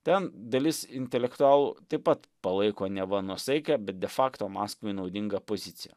ten dalis intelektualų taip pat palaiko neva nuosaikią bet de fakto maskvai naudingą poziciją